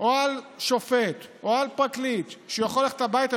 או על שופט או על פרקליט שהוא יכול ללכת הביתה